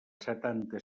setanta